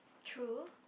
true